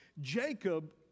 Jacob